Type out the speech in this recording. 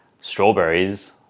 strawberries